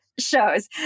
shows